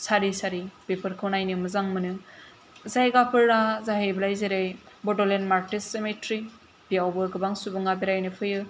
सारि सारि बेफोरखौ नायनो मोजां मोनो जायगाफोरा जाहैबाय जेरै बड'लेण्ड मार्टार सेमेट्रि बेयावबो गोबां सुबुंआ बेरायनो फैयो